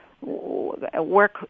work